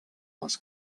les